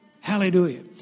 Hallelujah